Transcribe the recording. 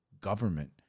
government